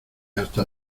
hasta